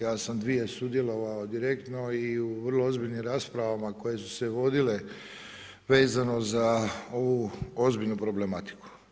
Ja sam 2 sudjelovao direktno i u vrlo ozbiljnim raspravama koje su se vodile vezano za ovu ozbiljnu problematiku.